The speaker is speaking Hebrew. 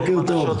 בוקר טוב,